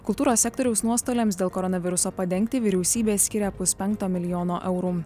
kultūros sektoriaus nuostoliams dėl koronaviruso padengti vyriausybė skiria puspenkto milijono eurų